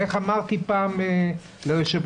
איך אמרתי פעם ליו"ר,